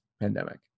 pandemic